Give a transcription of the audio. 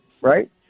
right